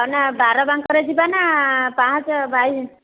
ଅନା ବାରବାଙ୍କରେ ଯିବା ନା ପାହାଚ ବାଇସ୍